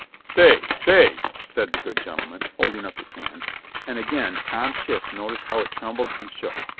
stay! stay! said the good gentleman, holding up his hand and again tom chist noticed how it trembled and shook.